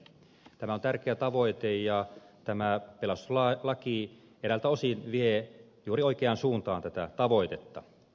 tämä on tärkeä tavoite ja tämä pelastuslaki eräiltä osin vie juuri oikeaan suuntaan tätä tavoitetta